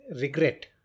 regret